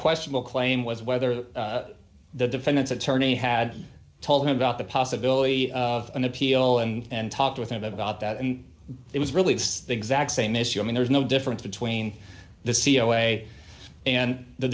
question will claim was whether the defendant's attorney had told him about the possibility of an appeal and talked with him about that and it was really the exact same issue i mean there's no difference between the cia and the